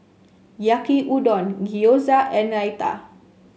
Yaki Udon Gyoza and Raita